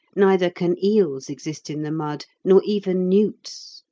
neither can eels exist in the mud, nor even newts.